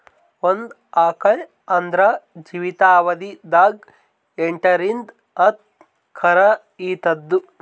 ಒಂದ್ ಆಕಳ್ ಆದ್ರ ಜೀವಿತಾವಧಿ ದಾಗ್ ಎಂಟರಿಂದ್ ಹತ್ತ್ ಕರಾ ಈತದ್